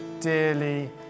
dearly